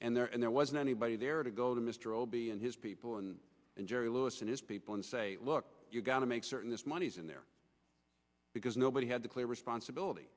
and there and there wasn't anybody there to go to mr robey and his people and jerry lewis and his people and say look you've got to make certain this money's in there because nobody had to claim responsibility